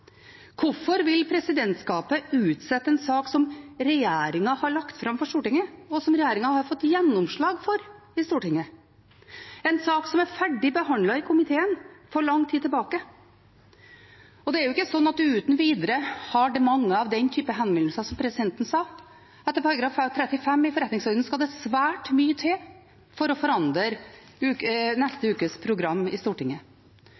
Hvorfor vil presidentskapet utsette en sak som regjeringen har lagt fram for Stortinget, og som regjeringen har fått gjennomslag for i Stortinget, en sak som er ferdig behandlet i komiteen for lang tid tilbake? Det er ikke slik at en uten videre har mange av den typen henvendelser, som presidenten sa. Etter § 35 i forretningsordenen skal det svært mye til for å forandre neste ukes program i Stortinget.